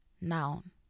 noun